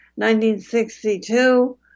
1962